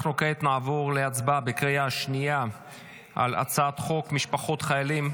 כעת נעבור להצבעה בקריאה השנייה על הצעת חוק משפחות חיילים.